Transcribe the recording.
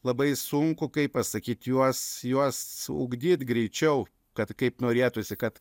labai sunku kaip pasakyt juos juos ugdyt greičiau kad kaip norėtųsi kad